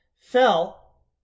fell